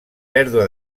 pèrdua